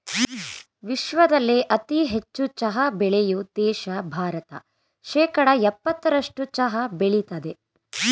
ವಿಶ್ವದಲ್ಲೇ ಅತಿ ಹೆಚ್ಚು ಚಹಾ ಬೆಳೆಯೋ ದೇಶ ಭಾರತ ಶೇಕಡಾ ಯಪ್ಪತ್ತರಸ್ಟು ಚಹಾ ಬೆಳಿತದೆ